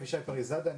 אני